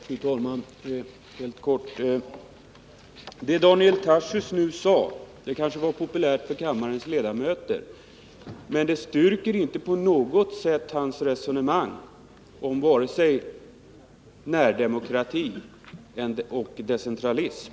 Fru talman! Vad Daniel Tarschys nu sade var kanske populärt bland kammarens ledamöter, men det styrker inte på något sätt hans resonemang om vare sig närdemokrati eller decentralism.